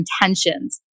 intentions